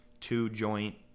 two-joint